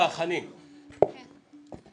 חנין זועבי בבקשה.